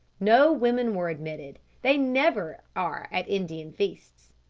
no women were admitted. they never are at indian feasts.